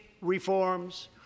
reforms